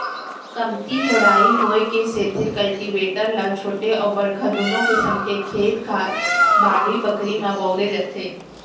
कमती चौड़ाई होय के सेतिर कल्टीवेटर ल छोटे अउ बड़का दुनों किसम के खेत खार, बाड़ी बखरी म बउरे जाथे